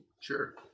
Sure